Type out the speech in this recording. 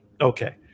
Okay